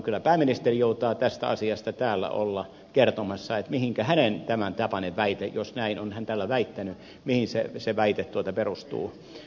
kyllä pääministeri joutaa tästä asiasta täällä olla kertomassa mihinkä hänen tämäntapainen väitteensä jos näin on hän täällä väittänyt perustuu